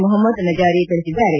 ಮೊಹಮದ್ ನಜಾರಿ ತಿಳಿಸಿದ್ದಾರೆ